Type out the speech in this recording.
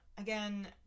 Again